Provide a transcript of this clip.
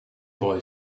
boy